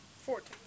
Fourteen